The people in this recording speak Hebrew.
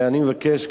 ואני מבקש,